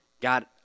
God